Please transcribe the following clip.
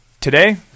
Today